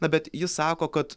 na bet ji sako kad